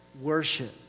worship